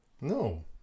No